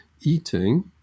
eating